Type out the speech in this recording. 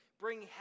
bring